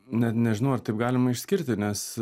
net nežinau ar taip galima išskirti nes